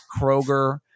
Kroger